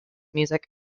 music